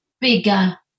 bigger